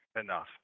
enough